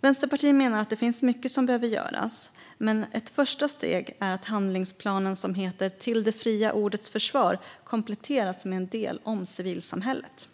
Vänsterpartiet menar att det finns mycket som behöver göras, men ett första steg är att handlingsplanen som heter Till det fria ordets försvar kompletteras med en del om civilsamhället.